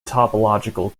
topological